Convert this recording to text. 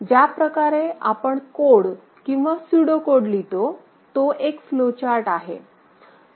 ज्या प्रकारे आपण कोड किंवा स्यूडोकोड लिहितो तो एक फ्लो चार्ट आहे